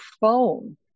phone